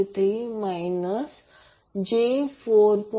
933 वजा j 4